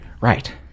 right